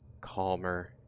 calmer